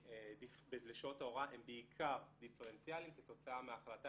לשעות הוראה הם בעיקר דיפרנציאליים כתוצאה מההחלטה